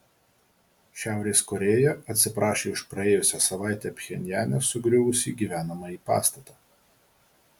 šiaurės korėja atsiprašė už praėjusią savaitę pchenjane sugriuvusį gyvenamąjį pastatą